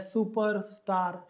Superstar